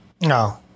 No